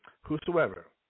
whosoever